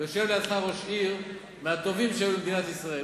יושב לידך ראש עיר מהטובים שהיו למדינת ישראל.